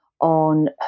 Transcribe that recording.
On